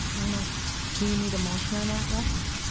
you know do you need a motion on that rex?